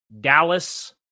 Dallas